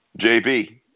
JB